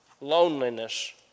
loneliness